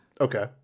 Okay